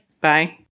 Bye